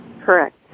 Correct